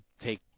take